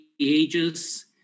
ages